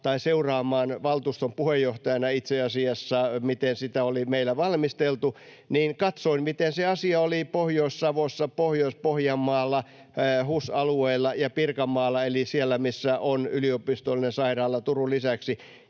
seuraamaan valtuuston puheenjohtajana, miten sitä oli meillä valmisteltu, katsoin, miten se asia oli Pohjois-Savossa, Pohjois-Pohjanmaalla, HUS-alueella ja Pirkanmaalla, eli siellä, missä on yliopistollinen sairaala Turun lisäksi.